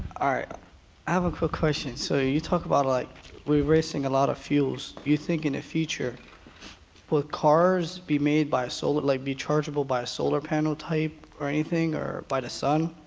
i have a quick question. so you talk about like we're racing a lot of fuels, you think in a future with cars be made by a solar, like be chargeable by a solar panel type or anything or by the sun?